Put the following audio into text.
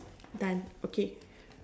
done okay